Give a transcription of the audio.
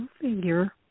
figure